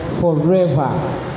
forever